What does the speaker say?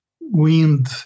wind